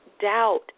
doubt